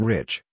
Rich